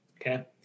Okay